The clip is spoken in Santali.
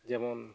ᱡᱮᱢᱚᱱ